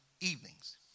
evenings